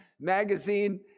magazine